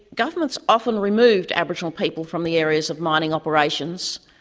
governments often removed aboriginal people from the areas of mining operations